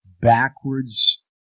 backwards